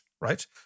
right